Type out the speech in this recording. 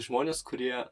žmonės kurie